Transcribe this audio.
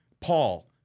Paul